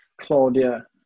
Claudia